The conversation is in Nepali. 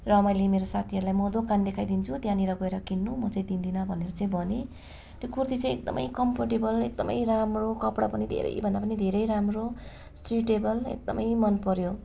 र मैले मेरो साथीहरलाई म दोकान देखाइदिन्छु त्यहाँनेर गएर किन्नु म चाहिँ दिदिनँ भनेर चाहिँ भनेँ त्यो कुर्ती चाहिँ एकदमै कम्फर्टेबल एकदमै राम्रो कपडा पनि धेरै भन्दा धेरै राम्रो सुइटेबल एकदमै मन पर्यो